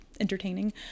entertaining